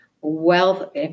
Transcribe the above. wealth